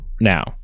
now